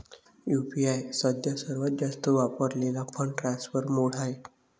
UPI सध्या सर्वात जास्त वापरलेला फंड ट्रान्सफर मोड आहे